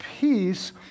peace